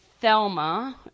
Thelma